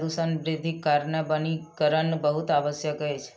प्रदूषण वृद्धिक कारणेँ वनीकरण बहुत आवश्यक अछि